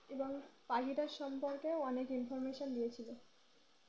এবং পাখিটার সম্পর্কেও অনেক ইনফরমেশান দিয়েছিল